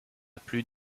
plus